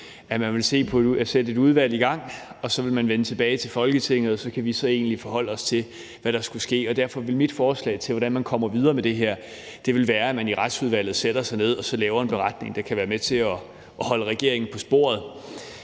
på nu at sætte et udvalg i gang. Og så vil man vende tilbage til Folketinget, og så kan vi så egentlig forholde os til, hvad der skulle ske. Derfor vil mit forslag til, hvordan man kommer videre med det her, være, at man i Retsudvalget sætter sig ned og laver en beretning, der kan være med til at holde regeringen på sporet,